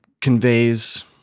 conveys